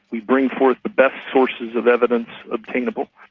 we bring forth the best sources of evidence obtainable.